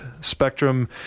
Spectrum